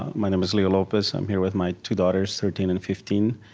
my name is leo lopez. i'm here with my two daughters, thirteen and fifteen.